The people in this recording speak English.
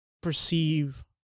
perceive